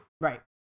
Right